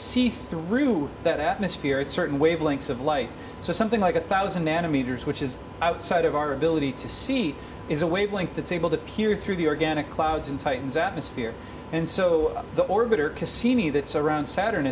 see through that atmosphere at certain wavelengths of light so something like a thousand nanometers which is outside of our ability to see is a wavelength that's able to peer through the organic clouds in titan's atmosphere and so the orbiter cassini that surrounds saturn